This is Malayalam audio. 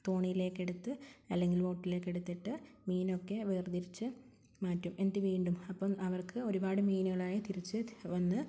തോണിയിലേക്കെടുത്ത് അല്ലെങ്കിൽ ബോട്ടിലേക്കെടുത്തിട്ട് മീനൊക്കെ വേർതിരിച്ച് മാറ്റും എന്നിട്ട് വീണ്ടും അപ്പം അവർക്ക് ഒരുപാട് മീനുകളായി തിരിച്ചു വന്ന്